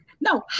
no